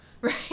Right